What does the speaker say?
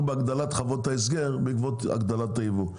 בהגדלת חוות ההסגר בעקבות הגדלת היבוא,